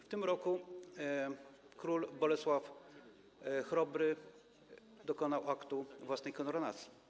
W tym roku król Bolesław Chrobry dokonał aktu własnej koronacji.